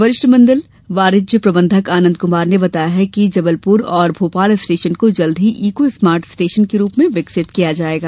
वरिष्ठमंडल वाणिज्य प्रबंधक आनंद कुमार ने बताया कि जबलपुर और भोपाल स्टेशन को जल्द ही ईको स्मार्ट स्टेशन के रूप में विकसित किया जाएगा